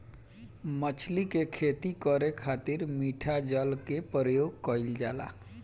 मछली के खेती करे खातिर मिठा जल के प्रयोग कईल जाला